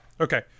Okay